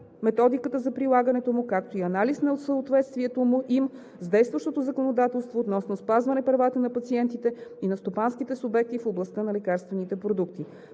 методиката за прилагането му, както и анализ на съответствието им с действащото законодателство относно спазване правата на пациентите и на стопанските субекти в областта на лекарствените продукти.